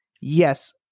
yes